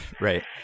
Right